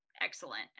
excellent